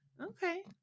Okay